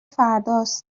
فرداست